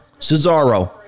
Cesaro